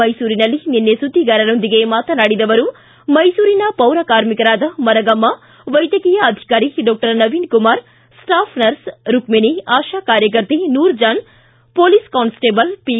ಮೈಸೂರಿನಲ್ಲಿ ನಿನ್ನೆ ಸುದ್ದಿಗಾರರೊಂದಿಗೆ ಮಾತನಾಡಿದ ಅವರು ಮೈಸೂರಿನ ಪೌರಕಾರ್ಮಿಕರಾದ ಮರಗಮ್ಮ ವೈದ್ಯಕೀಯ ಅಧಿಕಾರಿ doctor Naveenkumar staff nurse Rukmini Asha ಕಾರ್ಯಕರ್ತೆ Noor Jan police constable P